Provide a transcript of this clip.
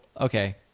okay